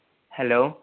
hello